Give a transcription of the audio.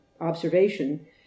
observation